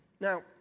Now